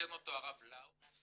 שחיתן אותו הרב לאו,